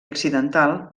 accidental